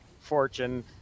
fortune